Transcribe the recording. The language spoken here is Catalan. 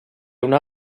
una